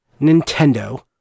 Nintendo